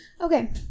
okay